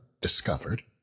discovered